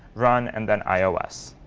run, and then ios.